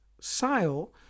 sale